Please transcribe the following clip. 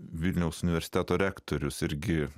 vilniaus universiteto rektorius irgi